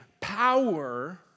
power